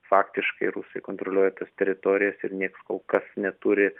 faktiškai rusai kontroliuoja tas teritorijas ir nieks kol kas neturi